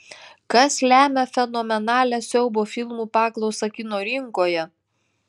kas lemia fenomenalią siaubo filmų paklausą kino rinkoje